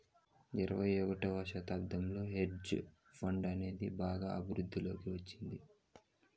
ఇరవై ఒకటవ శతాబ్దంలో హెడ్జ్ ఫండ్ అనేది బాగా వృద్ధిలోకి వచ్చినాది